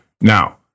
Now